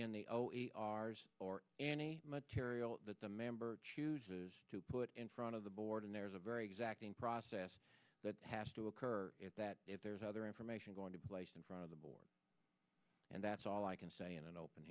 specifically ours or any material that the member chooses to put in front of the board and there's a very exacting process that has to occur that if there's other information going to be placed in front of the board and that's all i can say in an open